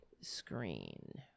screen